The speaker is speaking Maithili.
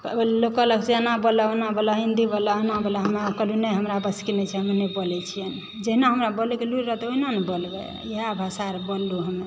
लोक कहलक जे एना बोलए ओना बोलए हिन्दी बोलए ओना बोलए हम कहलहुँ नहि हमरा बसके नहि छै हमरा नहि बोलय छी जहिना हमरा बोलएके लूरि रहतय ओहिना ने बोलबै इएह भाषा आर बोलेलहुँ हमे